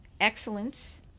Excellence